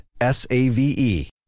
S-A-V-E